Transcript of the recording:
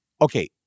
Okay